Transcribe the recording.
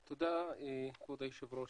תודה, כבוד היושב ראש.